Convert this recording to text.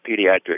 pediatric